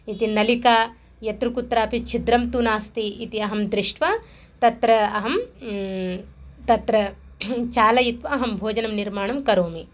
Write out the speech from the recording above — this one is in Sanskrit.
इति नलिका यत्र कुत्रापि छिद्रं तु नास्ति इति अहं दृष्ट्वा तत्र अहं तत्र चालयित्वा अहं भोजनं निर्माणं करोमि